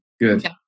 Good